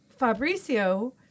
Fabricio